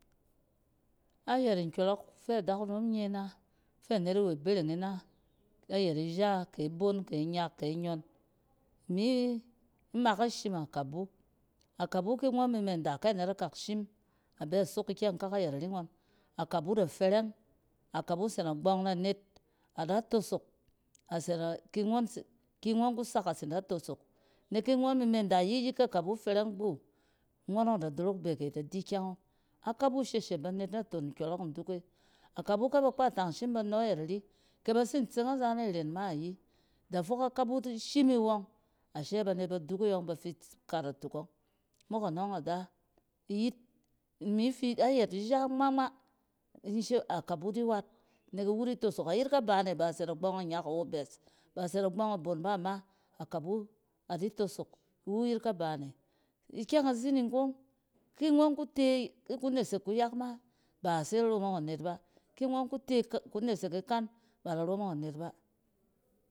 Ayɛt nkyͻrͻk fɛ dakunom nye ina fɛ anet awe bereng ina, ayɛt ija, ke ibon, ke inyak ke inyon, imi mak ashim akabu. Akabu ki ngͻn mi menda, kea net akak shim a bɛ sok ikyɛng kak ayɛt ari ngͻn, akabu da fɛrɛng. Akabu se nagbͻng na anet, ada tosok ki ngͻn mi menda yik-yik, kɛ kabu fɛrɛng gbu, ngͻnͻng ida dorok bege ida di kyɛng ͻng. Akabu shesheb banet naton nkyͻrͻk nduk e akabu kyɛ ba kpatang shim ba nͻ yɛt ari, kɛ bat sin aza ni ren ma yi da fok akabu shim iwͻng ashe banet ba duk eyͻng bafi-ts-kat atuk ͻng. Mok anͻng ada, iyit, imi fi, ayɛt ija ngma-ngma in shim akabu di wat nek iwu di tosok. Ayet kaban e baa se nagbͻng ninyak awo bvs, ba se nagbͻng ni ibon ba, ama akabu adi tosok. Iwu yet kabaane, ikyɛng izining kong, ki ngͻn kute, ki ku nesek kuyak ma, ba se a romong anet ba ki ngͻn ku te-ku nesek ikan ba da romong anet ba.